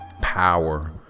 power